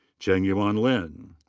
chengyuan lin,